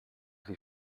sie